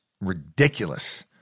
ridiculous